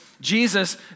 Jesus